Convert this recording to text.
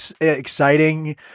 exciting